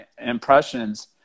impressions